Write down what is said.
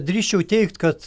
drįsčiau teigt kad